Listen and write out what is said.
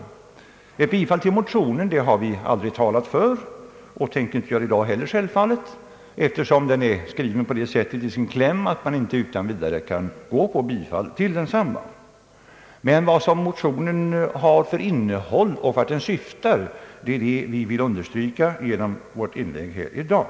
Ett bifall till årets motion har vi aldrig talat för och tänker självfallet inte göra det i dag heller, eftersom dess kläm är skriven så, att vi inte utan vidare kan tillstyrka bifall till den. Vad vi genom vårt inlägg här i dag vill understryka är motionens innehåll och syfte.